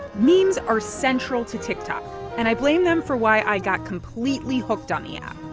memes are central to tiktok and i blame them for why i got completely hooked on the app.